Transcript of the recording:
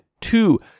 two